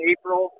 April